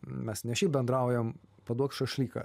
mes ne šiaip bendraujam paduok šašlyką